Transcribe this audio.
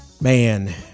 Man